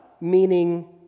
meaning